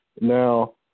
Now